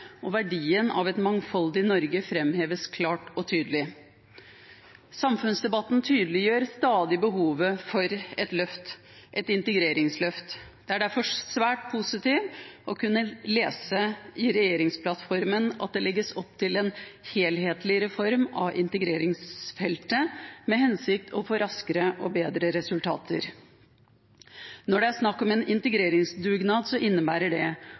og verdien av et mangfoldig Norge framheves klart og tydelig. Samfunnsdebatten tydeliggjør stadig behovet for et integreringsløft. Det er derfor svært positivt å kunne lese i regjeringsplattformen at det legges opp til en helhetlig reform av integreringsfeltet, med den hensikt å få raskere og bedre resultater. Når det er snakk om en integreringsdugnad, innebærer det